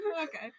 Okay